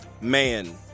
Man